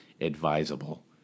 Advisable